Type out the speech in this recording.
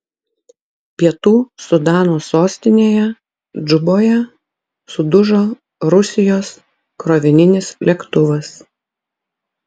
pietų sudano sostinėje džuboje sudužo rusijos krovininis lėktuvas